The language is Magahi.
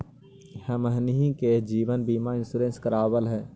हमनहि के जिवन बिमा इंश्योरेंस करावल है?